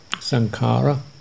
sankara